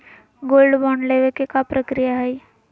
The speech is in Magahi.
गोल्ड बॉन्ड लेवे के का प्रक्रिया हई?